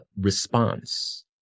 response